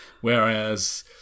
Whereas